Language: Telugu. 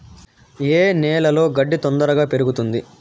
ఏ నేలలో గడ్డి తొందరగా పెరుగుతుంది